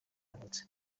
yavutse